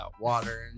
water